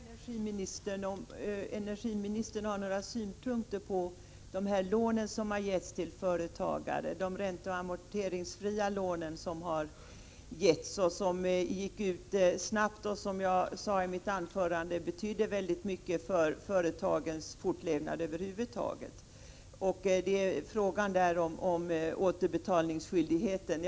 Herr talman! Jag vill fråga om energiministern har några synpunkter på de ränteoch amorteringsfria lån som mycket snabbt gavs till företagare och som, vilket jag sade i mitt anförande, betyder väldigt mycket för företagens fortlevnad. Frågan gäller alltså återbetalningsskyldigheten.